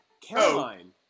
Caroline